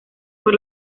por